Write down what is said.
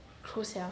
close liao